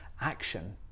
action